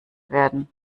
werden